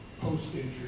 post-injury